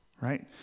Right